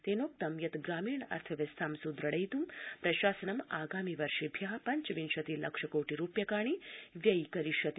तेनोक्तं यत् ग्रामीण अर्थव्यवस्थां सुद्रढयित् प्रशासनम् आगामि वर्षेभ्य पञ्चविंशति लक्ष कोटि रूप्यकाणि व्ययी करिष्यति